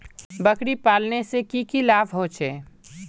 बकरी पालने से की की लाभ होचे?